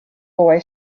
boy